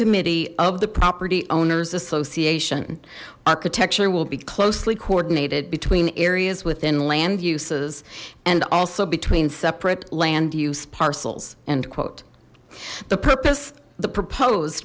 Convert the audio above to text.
committee of the property owners association architecture will be closely coordinated between areas within land uses and also between separate land use parcels end quote the purpose the propose